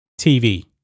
TV